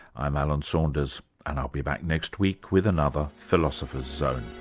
i'm alan saunders and i'll be back next week with another philosopher's zone.